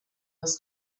was